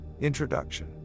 Introduction